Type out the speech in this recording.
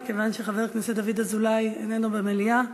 מכיוון שחבר הכנסת דוד אזולאי איננו במליאה,